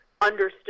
understood